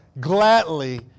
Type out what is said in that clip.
gladly